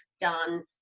done